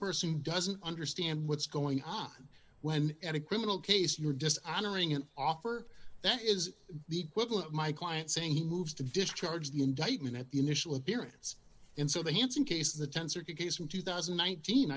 person doesn't understand what's going on when and a criminal case you're just entering an offer that is the equivalent of my client saying he moves to discharge the indictment at the initial appearance and so the hanssen case the denser case from two thousand and nineteen